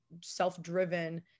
self-driven